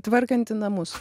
tvarkanti namus